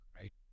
right